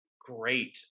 great